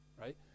Right